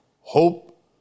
hope